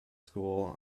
school